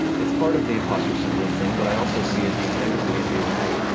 it's part of the imposter syndrome thing, but i also see a deep empathy in you, and i